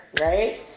right